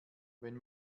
wenn